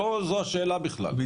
לא זו השאלה בכלל.